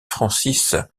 francis